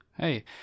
Hey